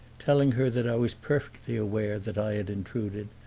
telling her that i was perfectly aware that i had intruded,